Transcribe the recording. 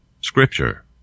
Scripture